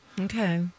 okay